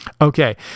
okay